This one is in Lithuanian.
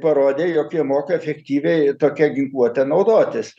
parodė jog jie moka efektyviai tokia ginkluote naudotis